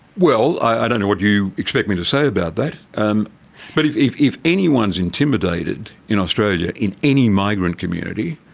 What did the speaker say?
well, i don't know what you expect me to say about that. and but if if anyone is intimidated in australia, in any migrant community,